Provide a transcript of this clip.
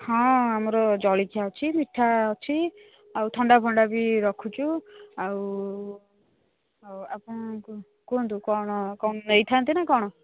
ହଁ ଆମର ଜଳଖିଆ ଅଛି ମିଠା ଅଛି ଆଉ ଥଣ୍ଡା ଫଣ୍ଡା ବି ରଖୁଛୁ ଆଉ ଆଉ ଆପଣ କୁହନ୍ତୁ କ'ଣ କ'ଣ ନେଇଥାନ୍ତେ ନା କ'ଣ